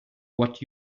what